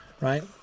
right